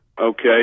okay